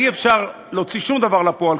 אי-אפשר להוציא שום דבר לפועל,